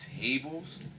tables